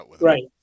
right